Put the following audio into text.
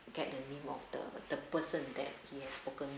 get the name of the the person that he has spoken